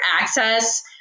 access